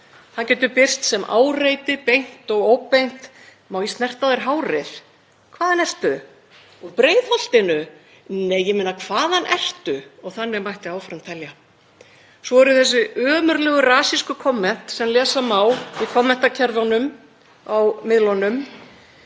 Það getur birst sem áreiti beint og óbeint: Má ég snerta á þér hárið? Hvaðan ertu? Úr Breiðholtinu? Nei, ég meina, hvaðan ertu? og þannig mætti áfram telja. Svo eru þessi ömurlegu rasísku komment sem lesa má í kommentakerfunum á miðlunum